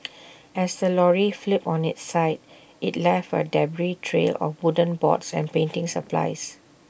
as the lorry flipped on its side IT left A debris trail of wooden boards and painting supplies